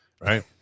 right